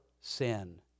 sin